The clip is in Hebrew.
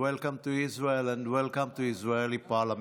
Welcome to Israel and welcome to Israeli parliament.